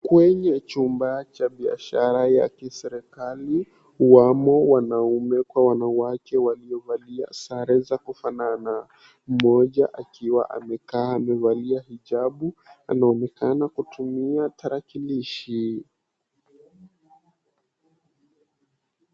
Kwenye chumba cha biashara ya kiserikali, wamo wanaume kwa wanawake waliovalia sare za kufanana. Mmoja akiwa amekaa amevalia hijabu anaonekana kutumia tarakilishi.